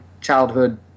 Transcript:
childhood